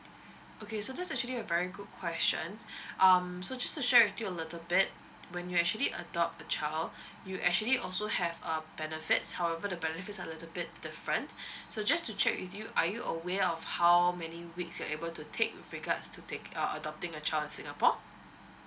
okay so this actually a very good question um so just to share with you a little bit when you actually adopt a child you actually also have a benefit however the benefits are little bit different so just to check with you are you aware of how many weeks you're able to take with regards to take uh adopting a child in singapore